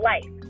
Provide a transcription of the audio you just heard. life